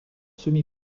semi